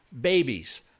babies